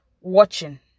watching